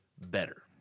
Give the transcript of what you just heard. better